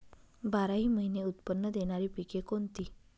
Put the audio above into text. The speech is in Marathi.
बाराही महिने उत्त्पन्न देणारी पिके कोणती?